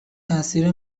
تاثیر